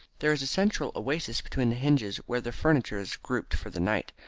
there is a central oasis between the hinges, where the furniture is grouped for the night.